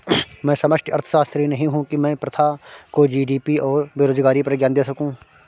मैं समष्टि अर्थशास्त्री नहीं हूं की मैं प्रभा को जी.डी.पी और बेरोजगारी पर ज्ञान दे सकूं